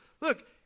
Look